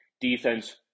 defense